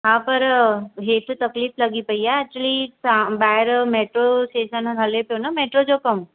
हा पर हेठि तकलीफ़ लॻी पेई आहे एक्चुली त ॿाहिरि मेट्रो स्टेशन हले पियो न मेट्रो जो कमु